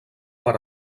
per